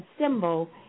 symbol